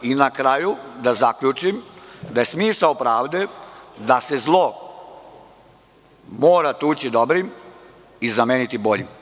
I na kraju, da zaključim da je smisao pravde da se zlo mora tući dobrim i zameniti boljim.